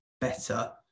better